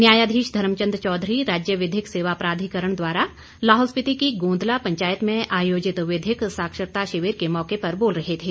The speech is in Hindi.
न्यायाधीश धर्मचंद चौधरी राज्य विधिक सेवा प्राधिकरण द्वारा लाहौल स्पीति की गोंदला पंचायत में आयोजित विधिक साक्षरता शिविर के मौके पर बोल रहे थे